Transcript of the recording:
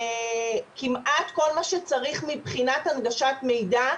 כמעט כל מה שצריך מבחינת הנגשת מידע,